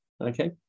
Okay